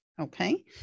Okay